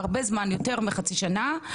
בעצם יותר מחצי שנה,